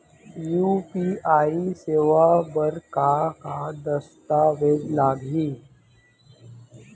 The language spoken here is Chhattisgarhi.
यू.पी.आई सेवा बर का का दस्तावेज लागही?